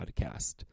podcast